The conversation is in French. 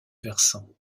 versant